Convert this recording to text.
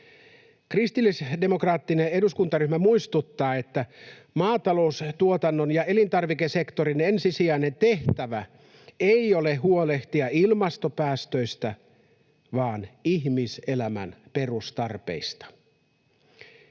Kristillisdemokraattinen eduskuntaryhmä muistuttaa, että maataloustuotannon ja elintarvikesektorin ensisijainen tehtävä ei ole huolehtia ilmastopäästöistä vaan ihmiselämän perustarpeista.